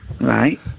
Right